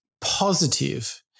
positive